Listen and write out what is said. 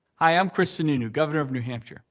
hi, i'm chris sununu, governor of new hampshire.